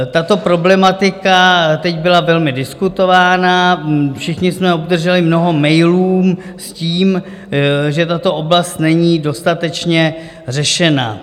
Tato problematika teď byla velmi diskutována, všichni jsme obdrželi mnoho mailů s tím, že tato oblast není dostatečně řešena.